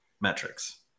metrics